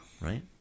right